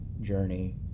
Journey